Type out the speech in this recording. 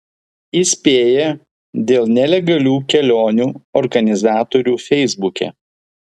įspėja dėl nelegalių kelionių organizatorių feisbuke